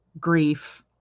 grief